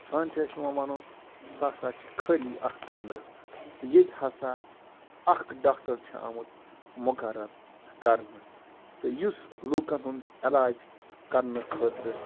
سان چھِ اَسہِ پٮ۪وان وَنُن سُہ ہَسا چھِ خٲلی اَکھ کَمرٕ تہٕ ییٚتہِ ہَسا اَکھ ڈاکٹر چھِ آمُت مُقَرَر کَرنہٕ تہٕ یُس لُکَن ہُنٛد علاج کَرنہٕ خٲطرٕ